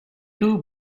two